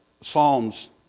Psalms